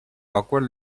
awkward